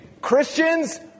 Christians